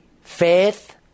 faith